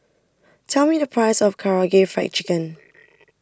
tell me the price of Karaage Fried Chicken